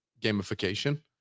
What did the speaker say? gamification